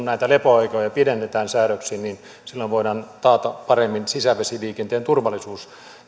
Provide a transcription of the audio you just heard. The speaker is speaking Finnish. näitä lepoaikoja pidennetään säädöksin niin silloin voidaan taata paremmin sisävesiliikenteen turvallisuus